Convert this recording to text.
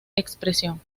expresión